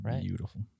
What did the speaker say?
beautiful